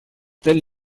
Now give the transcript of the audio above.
telle